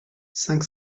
cinq